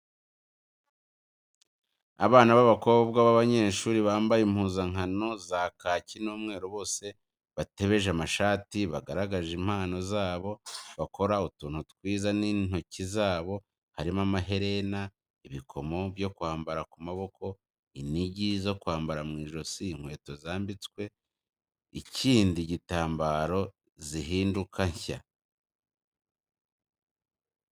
Abana b'abakobwa b'abanyeshuri mbambaye impuzankano za kaki n'umweru bose batebeje amashati, bagaragaje impano zabo bakora utuntu twiza n'intoki zabo harimo amaherena, ibikomo byo kwambara ku maboko, inigi zo kwambara mw'ijosi, inkweto zambitswe ikindi gitambaro zihinduka nshya.